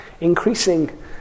increasing